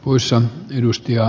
usan edustaja